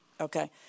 Okay